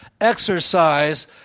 exercise